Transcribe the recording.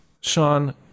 Sean